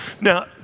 now